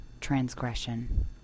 transgression